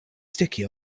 sticky